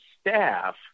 staff